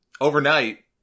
overnight